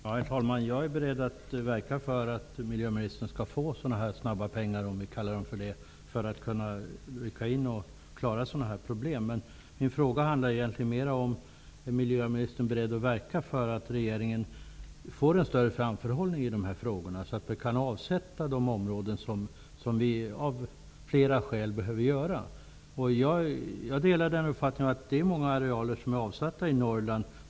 Herr talman! Jag är beredd att verka för att miljöministern skall få tillgång till pengar snabbt, för att rycka in och klara av sådana här problem. Men min fråga handlar egentligen mer om huruvida miljöministern är beredd att verka för att regeringen får en större framförhållning i dessa frågor, så att de områden som av flera skäl behöver avsättas kan avsättas. Jag delar uppfattningen att det redan är många områden i Norrland som är avsatta.